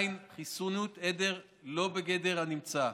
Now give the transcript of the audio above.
חיסוניות עדר לא בגדר הנמצא,